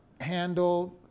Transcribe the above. handle